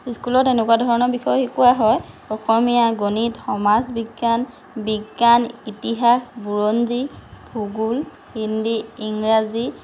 স্কুলত এনেকুৱা ধৰণৰ বিষয় শিকোৱা হয় অসমীয়া গণিত সমাজ বিজ্ঞান বিজ্ঞান ইতিহাস বুৰঞ্জি ভোগোল হিন্দি ইংৰাজী